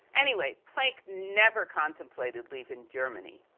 anyway, planck never contemplated leaving germany.